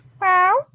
wow